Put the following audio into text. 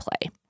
play